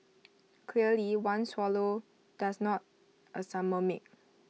clearly one swallow does not A summer make